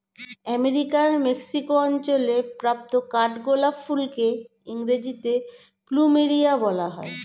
আমেরিকার মেক্সিকো অঞ্চলে প্রাপ্ত কাঠগোলাপ ফুলকে ইংরেজিতে প্লুমেরিয়া বলা হয়